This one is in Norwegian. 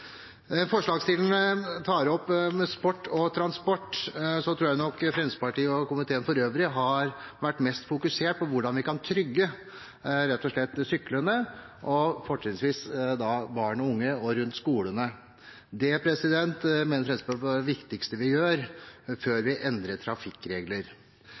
Forslagsstillerne tar opp dette med sport og transport. Jeg tror nok at Fremskrittspartiet og komiteen for øvrig har vært mest fokusert på hvordan vi rett og slett kan trygge syklende – fortrinnsvis barn og unge – rundt skolene. Det mener Fremskrittspartiet er det viktigste vi kan gjøre før vi endrer trafikkreglene. Fremskrittspartiet mener at vi skal ha gode trafikkregler,